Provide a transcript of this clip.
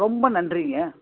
ரொம்ப நன்றிங்க